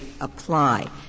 apply